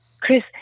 Chris